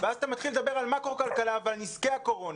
ואז אתה מתחיל לדבר על מקרו-כלכלה ועל נזקי הקורונה.